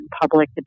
public